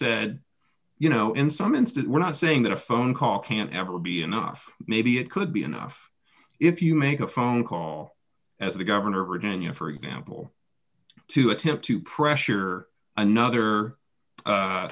instance we're not saying that a phone call can ever be enough maybe it could be enough if you make a phone call as the governor of virginia for example to attempt to pressure another